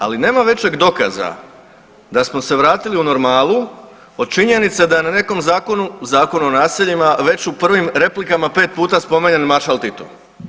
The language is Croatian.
Ali nema većeg dokaza da smo se vratili u normalu od činjenice da je na nekom zakonu, Zakonu o naseljima već u prvim replikama pet puta spominjan maršal Tito.